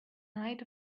night